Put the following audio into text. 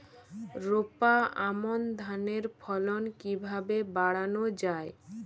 রোপা আমন ধানের ফলন কিভাবে বাড়ানো যায়?